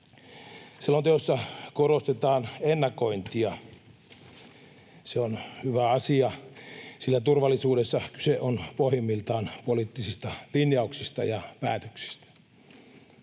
Selonteossa korostetaan ennakointia. Se on hyvä asia, sillä turvallisuudessa kyse on pohjimmiltaan poliittisista linjauksista ja päätöksistä.